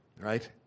right